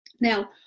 now